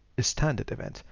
a standard event.